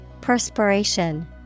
Perspiration